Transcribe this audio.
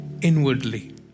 inwardly